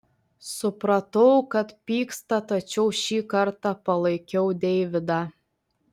supratau kad pyksta tačiau šį kartą palaikiau deividą